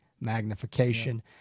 magnification